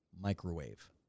microwave